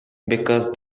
because